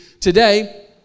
today